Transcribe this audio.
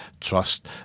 Trust